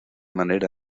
manera